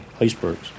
icebergs